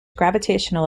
gravitational